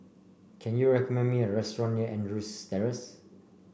can you recommend me a restaurant near Andrews Terrace